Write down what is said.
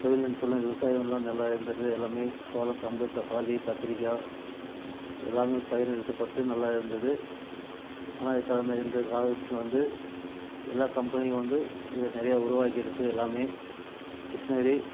தொழில்நுட்பம் எல்லாம் விவசாயம் எல்லாம் நல்லா இருந்தது எல்லாமே சோளம் கம்பு தக்காளி கத்திரிக்காய் எல்லாமே பயிர் நிறுத்தப்பட்டு நல்லா இருந்தது ஆனால் கடந்த இந்த காலத்தில் வந்து எல்லா கம்பெனியும் வந்து நிறையா உருவாக்கியிருக்கு எல்லாமே கிருஷ்ணகிரி